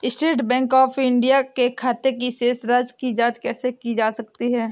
State bank of India के खाते की शेष राशि की जॉंच कैसे की जा सकती है?